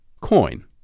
coin